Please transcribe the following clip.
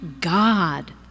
God